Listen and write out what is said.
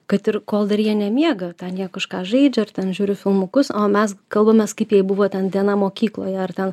kad ir kol dar jie nemiega ten jie kažką žaidžia ar ten žiūri filmukus o mes kalbamės kaip jai buvo ten diena mokykloje ar ten